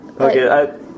Okay